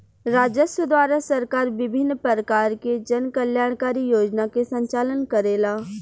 राजस्व द्वारा सरकार विभिन्न परकार के जन कल्याणकारी योजना के संचालन करेला